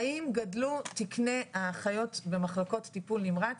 האם גדלו תקני האחיות במחלקות טיפול נמרץ